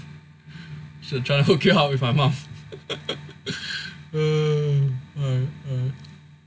trying to hook you up with my mom